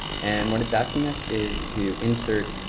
and what it's asking us is to insert